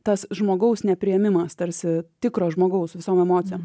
tas žmogaus nepriėmimas tarsi tikro žmogaus visom emocijom